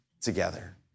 together